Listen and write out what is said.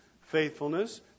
faithfulness